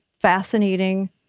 fascinating